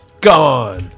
Gone